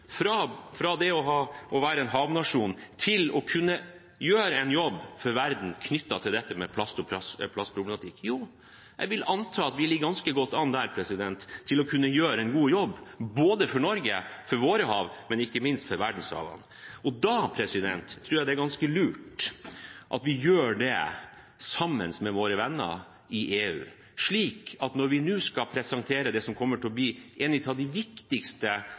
fra oljenæringen, fra det å være en havnasjon – til å kunne gjøre en jobb for verden knyttet til dette med plast og plastproblematikk? Jo, jeg vil anta at vi ligger ganske godt an til å kunne gjøre en god jobb der, både for Norge, for våre hav, og ikke minst for verdenshavene. Da tror jeg det er ganske lurt at vi gjør det sammen med våre venner i EU, slik at når vi nå skal presentere det som kommer til å bli en av de viktigste